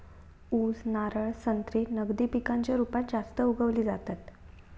ऊस, नारळ, संत्री नगदी पिकांच्या रुपात उगवली जातत